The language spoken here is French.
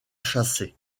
chassés